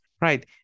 right